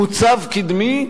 מוצב קדמי,